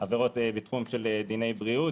עבירות בתחום של דיני בריאות,